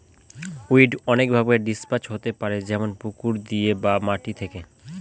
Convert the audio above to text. weed অনেকভাবে disperse হতে পারে যেমন পুকুর দিয়ে বা মাটি থেকে